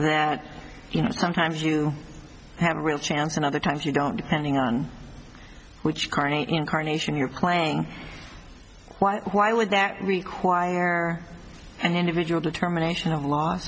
that you know sometimes you have a real chance and other times you don't depending on which current incarnation you're playing why would that require an individual determination of law